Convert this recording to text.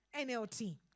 NLT